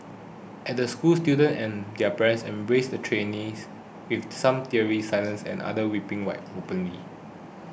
at the school students and their parents embraced the trainers with some tearing silently and others weeping openly